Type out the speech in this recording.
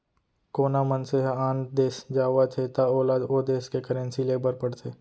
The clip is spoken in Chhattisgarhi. कोना मनसे ह आन देस जावत हे त ओला ओ देस के करेंसी लेय बर पड़थे